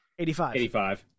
85